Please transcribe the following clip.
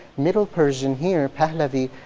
middle persian here, pahlavi,